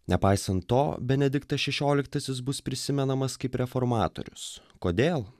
nepaisant to benediktas šešioliktasis bus prisimenamas kaip reformatorius kodėl